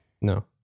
No